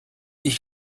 ich